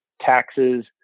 taxes